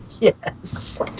Yes